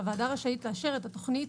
והוועדה רשאית לאשר את התכנית,